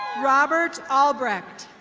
robert albrecht.